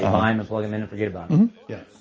um and plug them and forget about them yeah